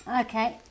Okay